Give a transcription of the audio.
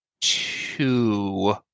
two